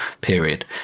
period